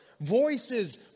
voices